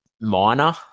minor